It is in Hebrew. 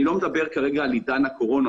אני לא מדבר כרגע על עידן הקורונה,